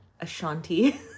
Ashanti